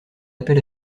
appel